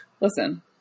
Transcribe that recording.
Listen